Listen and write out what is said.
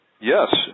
Yes